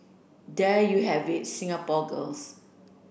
there you have it Singapore girls